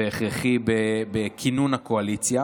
והכרחי בכינון הקואליציה.